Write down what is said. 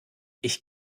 ich